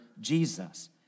Jesus